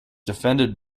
defended